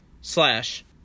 slash